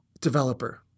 developer